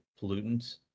pollutants